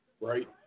right